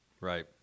Right